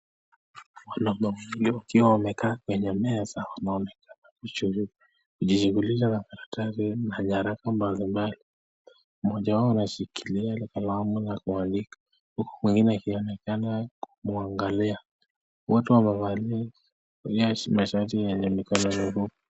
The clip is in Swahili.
Mwanaume huyo akiwa amekaa kwenye meza kujishughulisha na nyaraka mbalimbali moja wao anashikilia kalamu ya kuandika huko mwingine akionekana kumwangalia watu wamevalia mashati yenye mikono refu